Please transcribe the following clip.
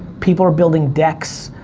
people are building decks,